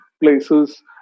places